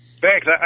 Thanks